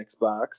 Xbox